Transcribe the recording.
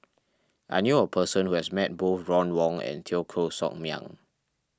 I knew a person who has met both Ron Wong and Teo Koh Sock Miang